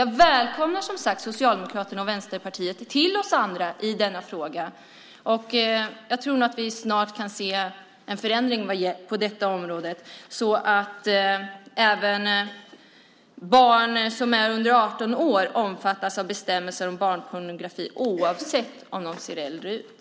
Jag välkomnar Socialdemokraterna och Vänsterpartiet till oss andra i denna fråga. Jag tror att vi snart kan se en förändring på detta område så att barn som är under 18 år omfattas av bestämmelsen om barnpornografi, oavsett om de ser äldre ut.